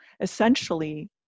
essentially